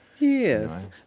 Yes